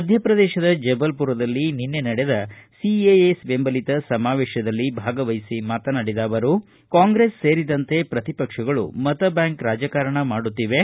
ಮಧ್ಯಪ್ರದೇತದ ಜಬಲಪುರದಲ್ಲಿ ನಿನ್ನೆ ನಡೆದ ಸಿಎಎ ಬೆಂಬಲಿತ ಸಮಾವೇಶದಲ್ಲಿ ಭಾಗವಹಿಸಿ ಮಾತನಾಡಿದ ಅವರು ಕಾಂಗ್ರೆಸ್ ಸೇರಿದಂತೆ ಪ್ರತಿಪಕ್ಷಗಳು ಮತ ಬ್ಯಾಂಕ್ ರಾಜಕಾರಣ ಮಾಡುತ್ತಿವೆ